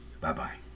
bye-bye